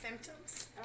symptoms